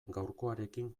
gaurkoarekin